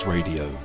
Radio